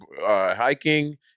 hiking